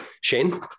Shane